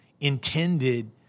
intended